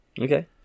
Okay